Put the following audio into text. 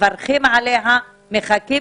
ואנחנו מחכים